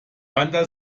bandar